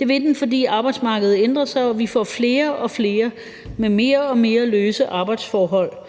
Det vil den, fordi arbejdsmarkedet ændrer sig, og vi får flere og flere med mere og mere løse arbejdsforhold,